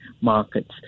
markets